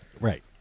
Right